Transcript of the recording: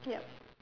yup